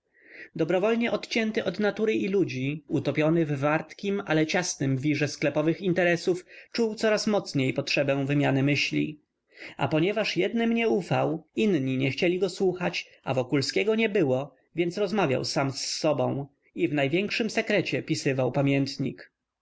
dobrowolnie odcięty od natury i ludzi utopiony w wartkim ale ciasnym wirze sklepowych interesów czuł coraz mocniej potrzebę wymiany myśli a ponieważ jednym nie ufał inni go nie chcieli słuchać a wokulskiego nie było więc rozmawiał sam z sobą i w największym sekrecie pisywał pamiętnik